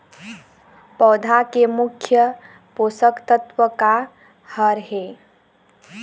पौधा के मुख्य पोषकतत्व का हर हे?